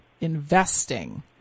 investing